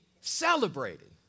celebrated